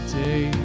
day